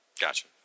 Gotcha